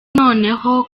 noneho